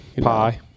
pie